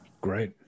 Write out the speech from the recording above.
Great